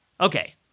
Okay